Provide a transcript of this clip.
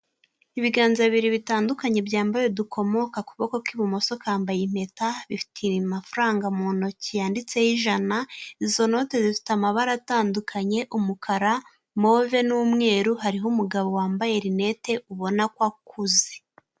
Ibiganza bibiri bitandukanye byambaye udukomo ku kuboko kw'ibumoso kambaye impeta bifitefaranga mu ntoki yanditseho ijana izo note zifite amabara atandukanye umukara move n'umweru hariho umugabo wambaye lnette ubona kokuze.